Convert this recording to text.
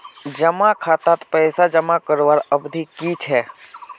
जमा खातात पैसा जमा करवार अवधि की छे?